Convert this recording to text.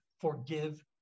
forgive